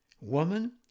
Woman